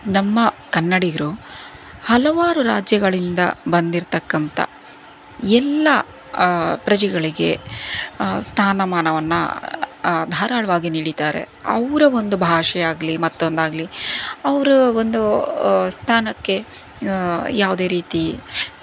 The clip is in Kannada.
ನಮ್ಮ ಕನ್ನಡಿಗರು ಹಲವಾರು ರಾಜ್ಯಗಳಿಂದ ಬಂದಿರತಕ್ಕಂಥ ಎಲ್ಲ ಪ್ರಜೆಗಳಿಗೆ ಸ್ಥಾನಮಾನವನ್ನು ಧಾರಾಳವಾಗಿ ನೀಡಿದ್ದಾರೆ ಅವರ ಒಂದು ಭಾಷೆಯಾಗಲಿ ಮತ್ತೊಂದಾಗಲಿ ಅವರ ಒಂದು ಸ್ಥಾನಕ್ಕೆ ಯಾವುದೇ ರೀತಿ